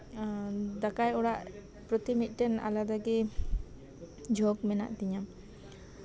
ᱫᱟᱠᱟᱭ ᱚᱲᱟᱜ ᱯᱨᱚᱛᱤ ᱟᱞᱟᱫᱟ ᱜᱮ ᱡᱷᱳᱠ ᱢᱮᱱᱟᱜ ᱛᱤᱧᱟ